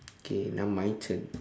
K now my turn